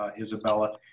Isabella